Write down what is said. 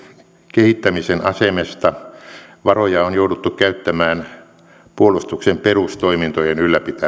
kehittämisen asemesta varoja on jouduttu käyttämään puolustuksen perustoimintojen ylläpitämiseen